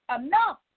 enough